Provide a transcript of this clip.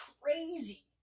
crazy